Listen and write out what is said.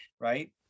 right